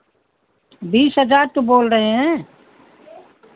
बीस हज़ार तो बोल रहे हैं